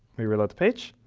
we reload the page,